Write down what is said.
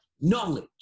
knowledge